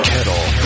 Kettle